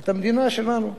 את המדינה שלנו.